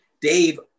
Dave